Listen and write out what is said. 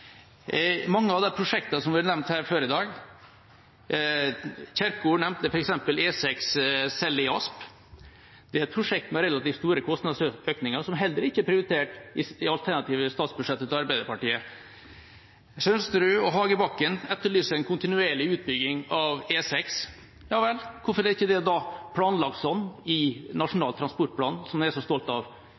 Mange av prosjektene som har blitt nevnt her før i dag – Kjerkol nevnte f.eks. E6 Selli–Asp, et prosjekt med relativt store kostnadsøkninger – er heller ikke prioritert i Arbeiderpartiets alternative statsbudsjett. Sønsterud og Hagebakken etterlyste en kontinuerlig utbygging av E6. Ja vel, hvorfor er det da ikke planlagt sånn i Nasjonal transportplan, som en er så stolt av?